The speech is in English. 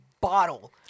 bottle